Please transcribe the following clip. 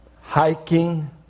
Hiking